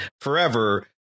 forever